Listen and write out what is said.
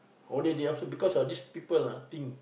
whole day they also because of these people ah think